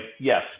yes